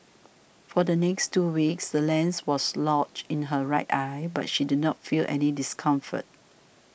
for the next two weeks the lens was lodged in her right eye but she did not feel any discomfort